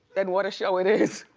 and what a show it is,